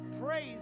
Praise